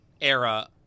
era